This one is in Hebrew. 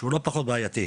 שהוא לא פחות בעייתי,